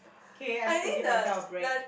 K I need to give myself a break